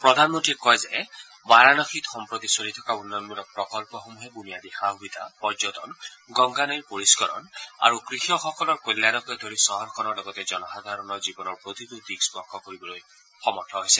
প্ৰধানমন্ত্ৰীয়ে কয় যে বাৰানসীত সম্প্ৰতি চলি থকা উন্নয়নমূলক প্ৰকল্পসমূহে বুনিয়াদী সা সুবিধা পৰ্যটন গংগা নৈৰ পৰিহ্বৰণ আৰু কৃষকসকলৰ কল্যাণকে ধৰি চহৰখনৰ লগতে জনসাধাৰণৰ জীৱনৰ প্ৰতিটো দিশ স্পৰ্শ কৰিবলৈ সমৰ্থ হৈছে